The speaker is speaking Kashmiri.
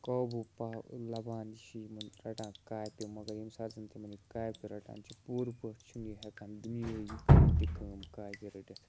قابوٗ پا لَبان چھِ یِمَن رَٹان کاپہِ مگر ییٚمہِ ساتہٕ زَنہٕ تِمَن یہِ کاپہِ رَٹان چھِ پوٗرٕ پٲٹھۍ چھُنہٕ یہِ ہٮ۪کان دُنیٲیی کٕہٕنۍ تہِ کٲم کاپہِ رٔٹِتھ